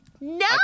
No